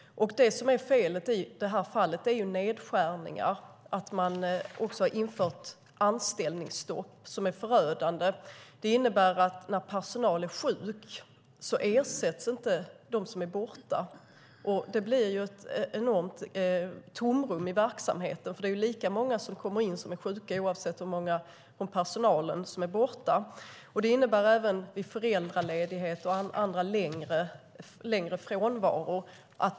Det som är felet i detta fall är nedskärningar. Man har infört anställningsstopp, vilket är förödande. Det innebär att när personal är sjuk ersätts inte de som är borta. Det blir ett enormt tomrum i verksamheten. Det är ju lika många sjuka som kommer in oavsett hur många från personalen som är borta. Det handlar även om föräldraledigheter och andra längre typer av frånvaro.